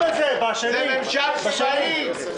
בגלל שזה בשקל נשווה את זה ל"מכבי".